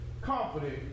confident